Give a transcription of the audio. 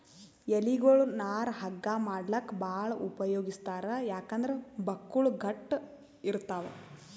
ಎಲಿಗೊಳ್ ನಾರ್ ಹಗ್ಗಾ ಮಾಡ್ಲಾಕ್ಕ್ ಭಾಳ್ ಉಪಯೋಗಿಸ್ತಾರ್ ಯಾಕಂದ್ರ್ ಬಕ್ಕುಳ್ ಗಟ್ಟ್ ಇರ್ತವ್